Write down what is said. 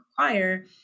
require